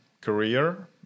career